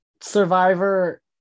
survivor